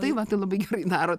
tai va tai labai gerai darot